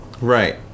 Right